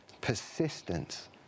persistence